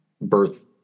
birth